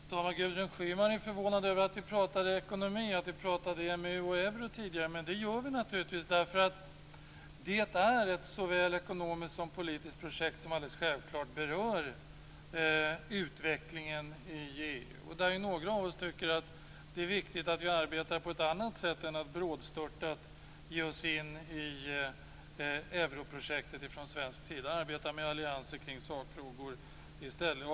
Fru talman! Gudrun Schyman är förvånad över att vi pratade ekonomi och att vi pratade EMU och euro tidigare. Men det gör vi naturligtvis därför att det är ett såväl ekonomiskt som politiskt projekt som alldeles självklart berör utvecklingen i EU. Några av oss tycker att det är viktigt att vi arbetar på ett annat sätt än att brådstörtat ge oss in i europrojektet från svensk sida, att vi arbetar med allianser kring sakfrågor i stället.